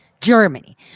Germany